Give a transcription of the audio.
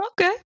Okay